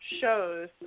shows